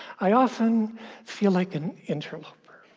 i often feel like an interloper,